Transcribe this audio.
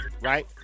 right